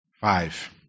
Five